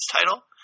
title